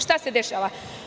Šta se dešava?